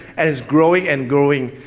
and it's growing and growing.